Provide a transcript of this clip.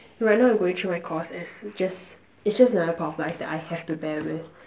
right now I'm going through my course it's just it's just another part of life that I have to bear with